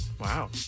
Wow